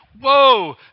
whoa